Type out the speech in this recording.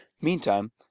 Meantime